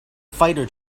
fighter